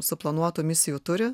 suplanuotų misijų turi